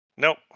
Nope